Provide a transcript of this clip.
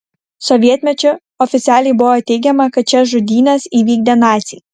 sovietmečiu oficialiai buvo teigiama kad šias žudynes įvykdė naciai